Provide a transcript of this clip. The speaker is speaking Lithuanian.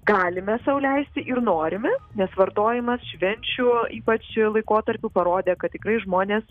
galime sau leisti ir norime nes vartojimas švenčių ypač laikotarpiu parodė kad tikrai žmonės